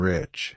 Rich